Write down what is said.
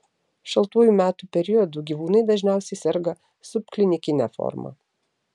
šaltuoju metų periodu gyvūnai dažniausiai serga subklinikine forma